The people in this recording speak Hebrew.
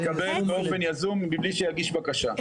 יקבל באופן יזום, מבלי שיגיש בקשה.